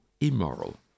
immoral